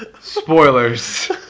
spoilers